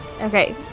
Okay